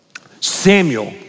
Samuel